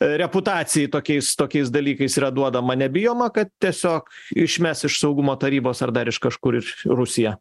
reputacijai tokiais tokiais dalykais yra duodama nebijoma kad tiesiog išmes iš saugumo tarybos ar dar iš kažkur į rusiją